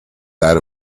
that